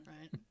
Right